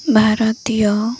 ଭାରତୀୟ